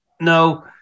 no